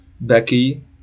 Becky